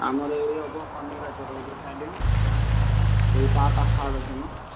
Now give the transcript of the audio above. ଆମର ଏଇ ଆଗ କନିକା ଛକ ଏଇ ଯୋଉ ଷ୍ଟାଡ଼ିୟମ୍ ସେଇ ତା ପାଖାପାଖି